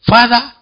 Father